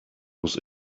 muss